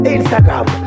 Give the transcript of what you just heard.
Instagram